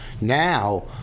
Now